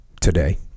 today